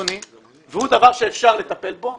וזה דבר שאפשר לטפל בו,